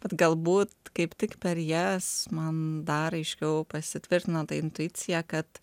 bet galbūt kaip tik per jas man dar aiškiau pasitvirtina ta intuicija kad